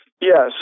Yes